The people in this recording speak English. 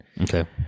okay